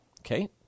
okay